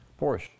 Porsche